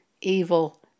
evil